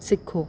ਸਿੱਖੋ